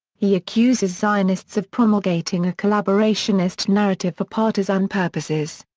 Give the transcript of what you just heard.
he accuses zionists of promulgating a collaborationist narrative for partisan purposes.